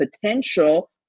potential